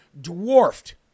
dwarfed